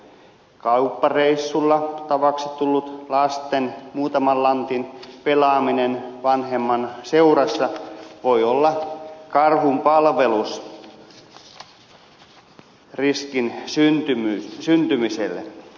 kauppareissulla tavaksi tullut lasten muutaman lantin pelaaminen vanhemman seurassa voi olla karhunpalvelus riskin syntymiselle